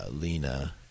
Lena